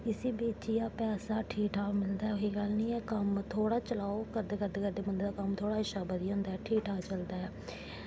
जिस्सी बेचियै पैसा ठीक ठाक मिलदा ऐ ऐसी गल्ल निं ऐ कम्म थोह्ड़ा चलाओ करदे करदे करदे बंदे दा कम्म थोह्ड़ा बधी जंदा ऐ शैल चलदा ऐ